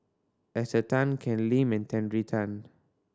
Esther Tan Ken Lim and Terry Tan